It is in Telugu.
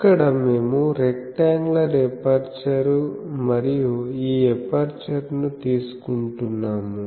ఇక్కడ మేము రెక్టాంగ్యులర్ ఎపర్చరు మరియు ఈ ఎపర్చరును తీసుకుంటున్నాము